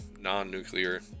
non-nuclear